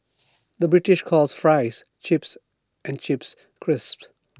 the British calls Fries Chips and Chips Crisps